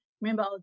remember